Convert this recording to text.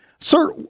Sir